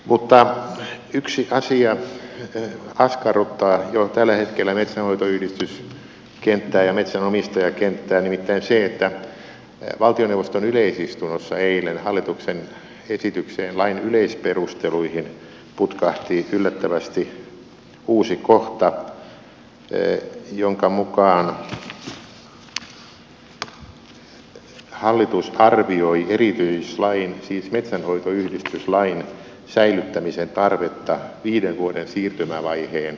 mutta yksi asia askarruttaa jo tällä hetkellä metsänhoitoyhdistyskenttää ja metsänomistajakenttää nimittäin se että valtioneuvoston yleisistunnossa eilen hallituksen esitykseen lain yleisperusteluihin putkahti yllättävästi uusi kohta jonka mukaan hallitus arvioi erityislain siis metsänhoitoyhdistyslain säilyttämisen tarvetta viiden vuoden siirtymävaihe